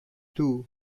two